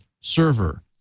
server